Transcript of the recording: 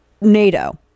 NATO